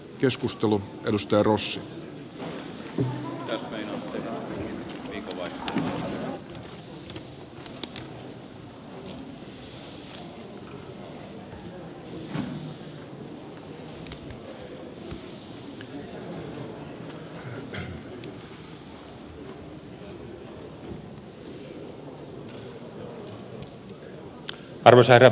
arvoisa herra puhemies